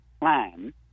plan